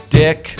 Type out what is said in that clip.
dick